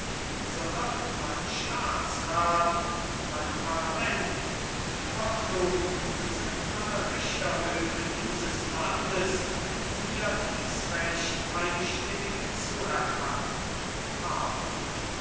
so irrt mein staatsrat und mein parlament im irrtum sind alle richterhöfe dieses landes die mir dies recht einstimmig zuerkannt